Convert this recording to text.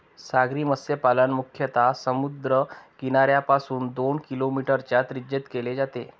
सागरी मत्स्यपालन मुख्यतः समुद्र किनाऱ्यापासून दोन किलोमीटरच्या त्रिज्येत केले जाते